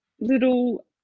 little